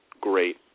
great